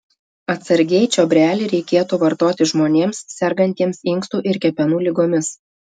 atsargiai čiobrelį reikėtų vartoti žmonėms sergantiems inkstų ir kepenų ligomis